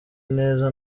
neza